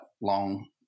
long